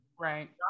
Right